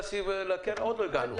עוד לא הגענו לקרן.